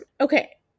Okay